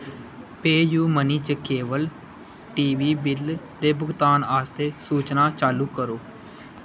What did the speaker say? पेऽयूमनी च cable T V bill दे भुगतान आस्तै सूचनां चालू करो